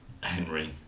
Henry